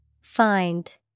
Find